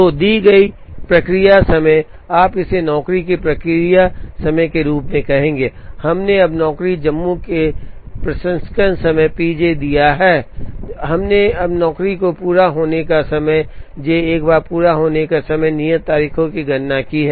तो दी गई प्रक्रिया समय आप इसे नौकरी की प्रक्रिया प्रक्रिया समय के रूप में कहेंगे हमने अब नौकरी जम्मू के प्रसंस्करण समय pj दिया है हमने अब नौकरी के पूरा होने का समय j एक बार पूरा होने का समय और नियत तारीखों की गणना की है